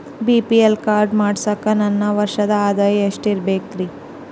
BPL card ಮಾಡ್ಸಾಕ ನನ್ನ ವರ್ಷದ್ ಆದಾಯ ಎಷ್ಟ ಇರಬೇಕ್ರಿ?